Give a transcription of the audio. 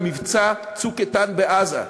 למבצע "צוק איתן" בעזה.